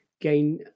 gain